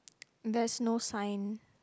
there's no sign